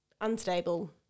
unstable